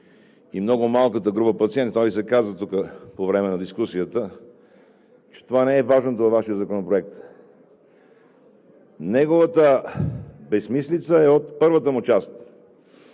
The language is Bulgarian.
и много малката група пациенти – това Ви се каза тук по време на дискусията, че това не е важното във Вашия законопроект. Неговата безсмислица е от първата му част